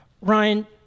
Ryan